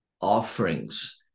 offerings